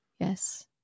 Yes